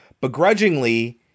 begrudgingly